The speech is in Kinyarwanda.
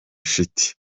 shiti